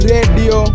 Radio